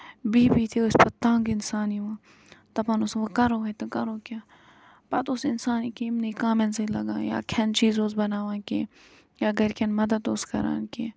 بِہۍ بِہۍ تہِ ٲسۍ پَتہٕ تَنگ انسان یِوان دَپان اوس وٕ کرو ہے تہٕ کرو کیاہ پَتہٕ اوس اِنسان یکیٛاہ یِمنٕے کامین سۭتۍ لگان یا کھٮ۪ن چیٖز اوس بَناوان کیٚنہہ یا گرِکٮ۪ن مدد اوس کران کیٚنہہ